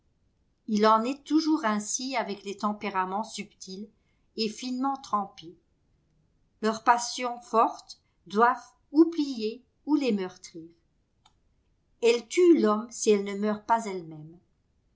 il en est toujours ainsi avec les tempéraments subtils et finement trempés leurs passions fortes doivent ou plier ou les meurtrir elles tuent l'homme si elles ne meurent pas elles-mêmes